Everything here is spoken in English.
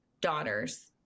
daughters